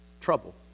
Trouble